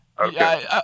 Okay